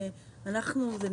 בתקנות?